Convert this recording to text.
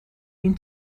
این